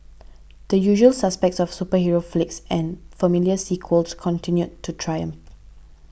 the usual suspects of superhero flicks and familiar sequels continued to triumph